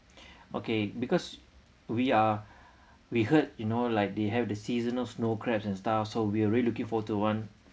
okay because we are we heard you know like they have the seasonal snow crabs and stuff so we're really looking for to one